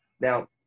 now